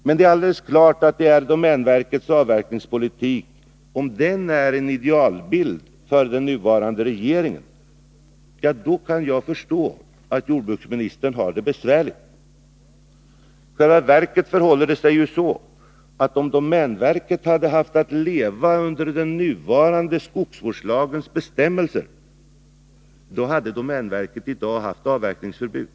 Men om domänverkets avverkningspolitik är en idealbild för delar av den nuvarande regeringen, då kan jag förstå att jordbruksministern har det besvärligt. I själva verket förhåller det sig så att om domänverket hade haft att leva under den nuvarande skogsvårdslagens bestämmelser, då hade domänverket i dag haft avverkningsförbud.